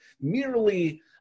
merely